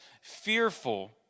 fearful